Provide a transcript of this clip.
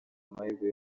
amahirwe